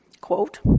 quote